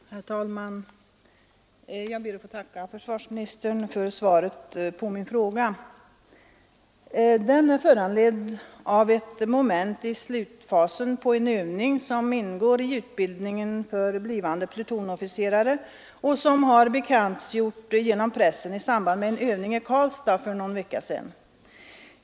Herr talman! Jag ber att få tacka försvarsministern för svaret på min fråga. Frågan är föranledd av ett moment i slutfasen på en övning som ingår i utbildningen för blivande plutonsofficerare och som bekantgjorts genom pressen i samband med en övning i Karlstad för någon vecka sedan.